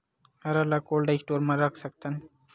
हरा ल cold store म रख सकथन?